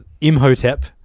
Imhotep